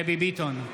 דבי ביטון,